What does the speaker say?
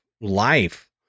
life